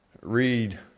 read